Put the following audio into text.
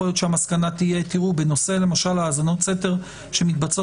יכול להיות שהמסקנה תהיה שלמשל בנושא האזנות סתר שמתבצעות